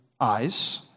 eyes